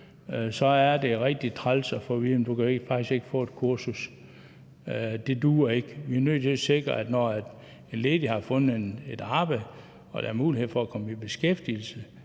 så er det rigtig træls at få at vide, at du faktisk ikke kan få et kursus – og det duer ikke. Vi er nødt til at sikre, at de ledige, når de har fundet et arbejde og der er mulighed for at komme i beskæftigelse,